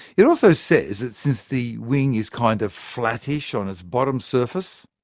it also says that since the wing is kind of flattish on its bottom surface,